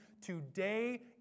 today